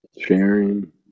sharing